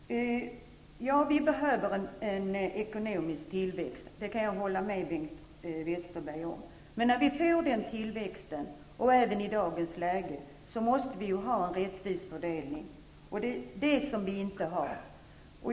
Jag kan hålla med Bengt Westerberg om att vi behöver ekonomisk tillväxt. Men när vi får denna tillväxt, men även i dag, måste vi ha en rättvis fördelning. Men det har vi inte.